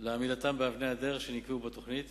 לעמידתן באבני הדרך שנקבעו בתוכנית.